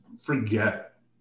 forget